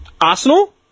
Arsenal